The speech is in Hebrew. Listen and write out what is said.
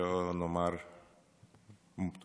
שלא לומר מטרידים.